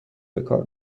بکار